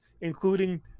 including